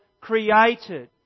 created